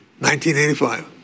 1985